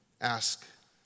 ask